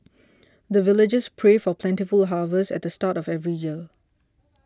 the villagers pray for plentiful harvest at the start of every year